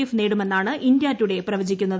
F നേടുമെന്നാണ് India Today പ്രവചിക്കുന്നത്